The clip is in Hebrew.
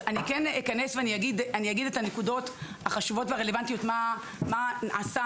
אני אגיד את הנקודות החשובות והרלוונטיות מה נעשה